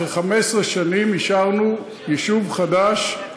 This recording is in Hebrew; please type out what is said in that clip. אחרי 15 שנים אישרנו יישוב חדש,